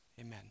Amen